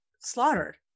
slaughtered